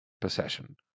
possession